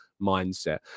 mindset